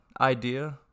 idea